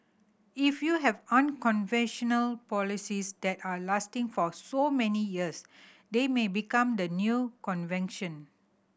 if you have unconventional policies that are lasting for so many years they may become the new convention